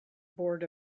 board